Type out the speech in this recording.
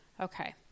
Okay